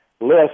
List